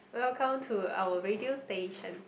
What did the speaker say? welcome to our radio station